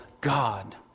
God